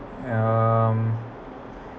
um